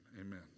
amen